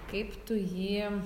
kaip tu jį